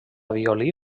violí